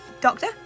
Doctor